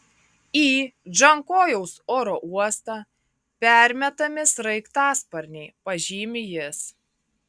į džankojaus oro uostą permetami sraigtasparniai pažymi jis